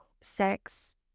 sex